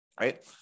right